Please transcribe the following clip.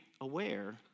aware